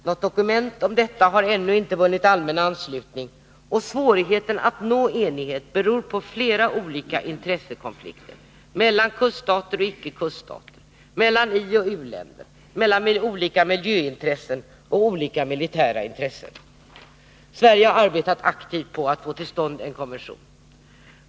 Något dokument om detta har ännu inte vunnit allmän anslutning, och svårigheten att nå enighet beror på flera olika intressekonflikter — mellan kuststater och icke kuststater, mellan ioch u-länder, mellan olika miljöintressen och mellan olika militära intressen. Sverige har arbetat aktivt på att få till stånd en konvention.